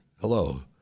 Hello